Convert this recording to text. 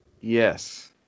Yes